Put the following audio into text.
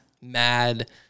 mad